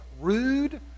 rude